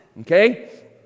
Okay